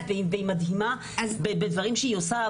והיא מדהימה בדברים שהיא עושה.